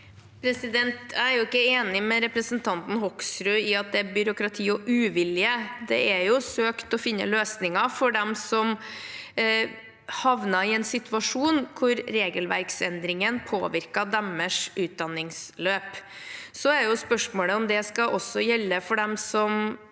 Jeg er ikke enig med representanten Hoksrud i at det er byråkrati og uvilje. Det er søkt å finne løsninger for dem som havnet i en situasjon hvor regelverksendringen påvirket deres utdanningsløp. Spørsmålet er om det også skal gjelde for dem som